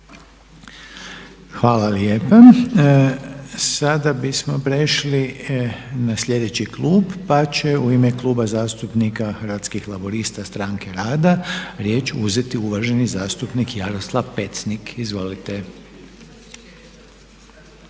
Hvala lijepa. Sada bismo prešli na sljedeći klub, pa će u ime Kluba zastupnika Hrvatskih laburista – stranke rada riječ uzeti uvaženi zastupnik Jaroslav Pecnik. Izvolite.